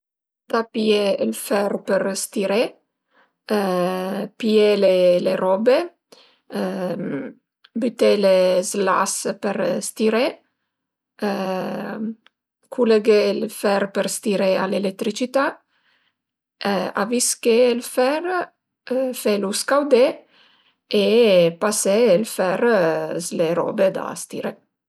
Ëntà pìé ël fer për stiré pìé le robe, bütele s'l'as për stiré culeghé ël fer për stiré a l'eletricità, avisché ël fer, felu scaudé e pasé ël fer s'le roba da stiré